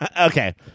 Okay